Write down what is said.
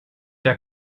der